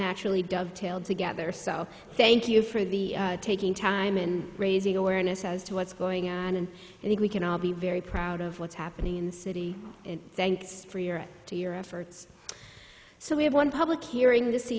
naturally dovetailed together so thank you for the taking time and raising awareness as to what's going on and i think we can all be very proud of what's happening in the city and thanks for your to your efforts so we have one public hearing this